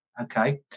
okay